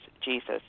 Jesus